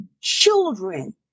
children